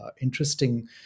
interesting